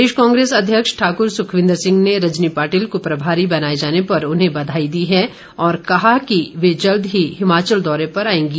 प्रदेश कांग्रेस अध्यक्ष ठाक्र सुखविंदर सिंह ने रजनी पाटिल को प्रभारी बनाए जाने पर उन्हें बधाई है और कहा कि वे जल्द ही हिमाचल दौरे पर आएंगी